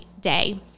day